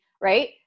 right